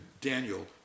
Daniel